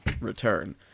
return